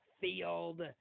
Field